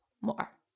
more